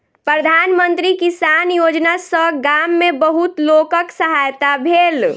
प्रधान मंत्री किसान योजना सॅ गाम में बहुत लोकक सहायता भेल